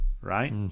right